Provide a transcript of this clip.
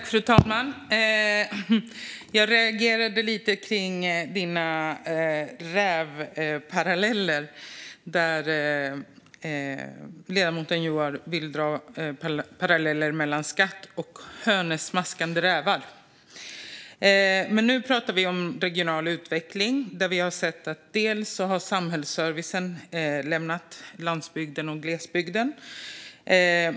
Fru talman! Jag reagerade lite på Joar Forssells paralleller mellan skatt och hönesmaskande rävar. Men nu pratar vi om regional utveckling. Vi har sett att samhällsservicen har lämnat lands och glesbygden.